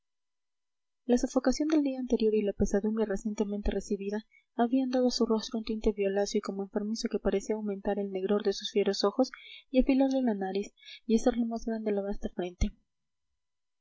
la sofocación del día anterior y la pesadumbre recientemente recibida habían dado a su rostro un tinte violáceo y como enfermizo que parecía aumentar el negror de sus fieros ojos y afilarle la nariz y hacerle más grande la vasta frente